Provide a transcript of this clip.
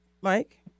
Mike